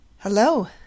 Hello